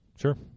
Sure